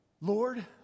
Lord